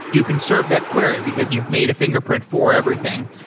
you can serve that query because you've made a finger print for everything.